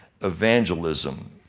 evangelism